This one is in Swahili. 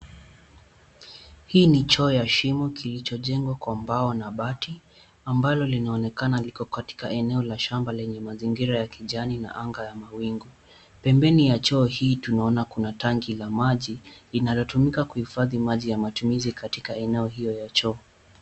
Hii ni choo ya shimo kilichojengwa kwa mbao na bati ambalo linaonekana liko katika eneo la shamba lenye mazingira ya kijani na anga ya mawingu. Pembeni ya choo hii tunaona kuna tanki la maji inalotumika kuhifadhi maji ya matumizi katika eneo hio ya choo.